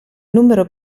numero